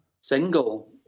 single